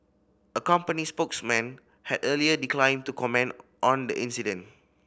a company spokesman had earlier declined to comment on the incident